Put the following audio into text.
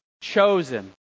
chosen